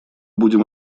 будем